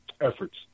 efforts